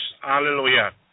hallelujah